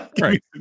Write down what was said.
right